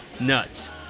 Nuts